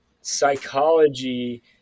psychology